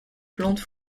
plante